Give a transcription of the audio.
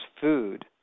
food